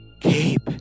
Cape